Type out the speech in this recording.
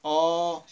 oo